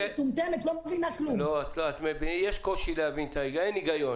יש קושי להבין את ההיגיון